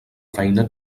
feina